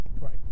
right